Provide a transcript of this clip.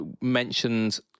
mentioned